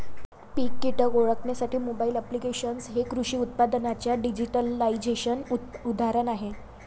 पीक कीटक ओळखण्यासाठी mobile applications हे कृषी उत्पादनांच्या डिजिटलायझेशनचे उदाहरण आहे